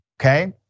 okay